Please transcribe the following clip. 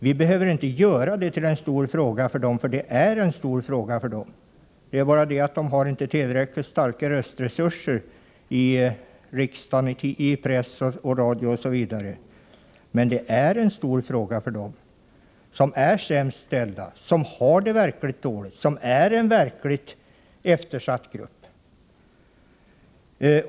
Vi behöver inte göra det till en stor fråga för dem, för det är en stor fråga för dem. De har bara inte tillräckligt starka röstresurser i riksdagen, i pressen, i radion osv. Men det är en stor fråga för dem som är sämst ställda, som har det verkligt dåligt, som är en klart eftersatt grupp.